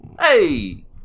Hey